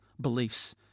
beliefs